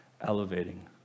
elevating